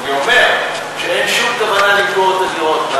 אני אומר שאין שום כוונה למכור את הדירות.